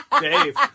Dave